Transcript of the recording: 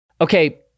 Okay